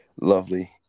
lovely